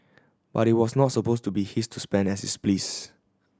but it was not suppose to be he to spend as is pleased